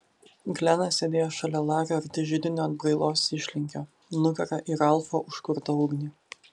glenas sėdėjo šalia lario arti židinio atbrailos išlinkio nugara į ralfo užkurtą ugnį